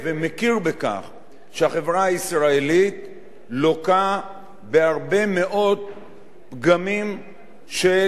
שהחברה הישראלית לוקה בהרבה מאוד פגמים של נטייה לגזענות,